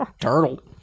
Turtle